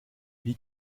wie